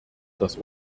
das